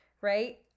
right